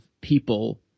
people